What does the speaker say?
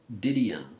Didion